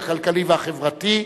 הכלכלי והחברתי.